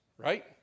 Right